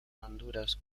honduras